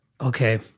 okay